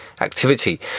activity